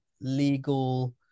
legal